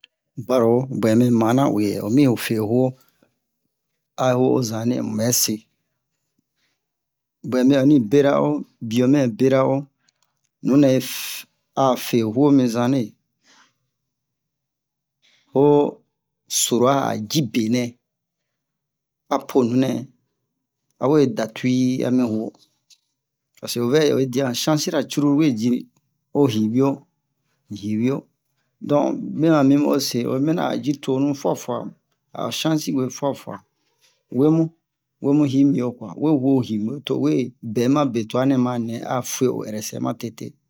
baro buwɛ mɛ manna u'e yɛ u mi fe huwo a huwo o zanle mu bɛse buwɛ me onni bera o biyo mɛ bera o nunɛ a fe huwo mi zanle ho sura a ji benɛ a po nunɛ awe da tuwi ami huwo paseke o vɛ ji oyi dia an chance la curulu we ji ni ho hinbiyo hinbiyo donc mema mimu ose oyi minian o a ji tonu fuwa fuwa ao chance we fuwa fuwa we mu wemu wemu hinbiyo we huwo hinbiyo to o we bɛ ma betuwa nɛma nɛ a fuwe o ɛrɛsɛ matete